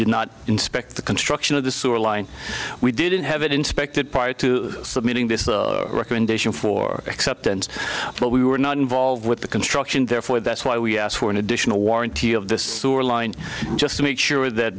did not inspect the construction of the sewer line we didn't have it inspected prior to submitting this recommendation for acceptance but we were not involved with the construction therefore that's why we asked for an additional warranty of the sewer line just to make sure that